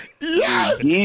Yes